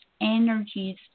energies